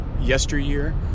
yesteryear